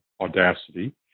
audacity